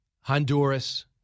Honduras